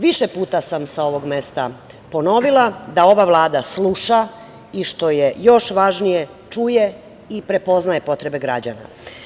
Više puta sam sa ovog mesta ponovila da ova Vlada sluša i, što je još važnije, čuje i prepoznaje potrebe građana.